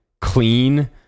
clean